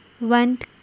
went